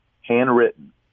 handwritten